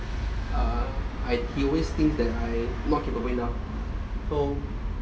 err he always thinks that I not capable enough so